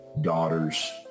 daughters